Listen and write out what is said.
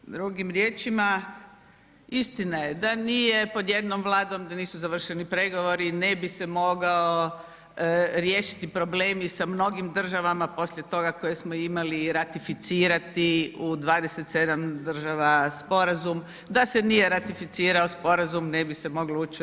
Drugim riječima, istina je da nije pod jednom Vladom, da nisu završeni pregovori ne bi se mogao riješiti problemi sa mnogim državama poslije toga koje smo imali i ratificirati u 27 država sporazum, da se nije ratificirao sporazum ne bi se moglo ući u EU.